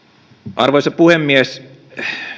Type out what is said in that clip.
arvoisa puhemies